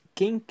quem